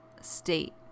state